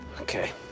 Okay